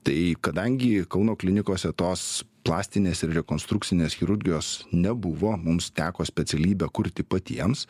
tai kadangi kauno klinikose tos plastinės ir rekonstrukcinės chirurgijos nebuvo mums teko specialybę kurti patiems